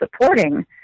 supporting